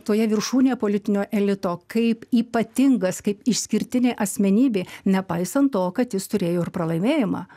toje viršūnėje politinio elito kaip ypatingas kaip išskirtinė asmenybė nepaisant to kad jis turėjo ir pralaimėjimą